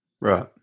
right